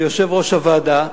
ליושב-ראש הוועדה,